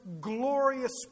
glorious